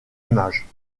image